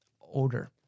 older